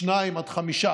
2 5,